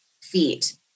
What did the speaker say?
feet